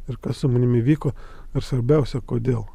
ir kas su manimi vyko ir svarbiausia kodėl